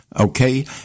Okay